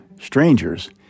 strangers